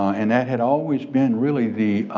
and that had always been really the